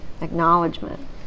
acknowledgement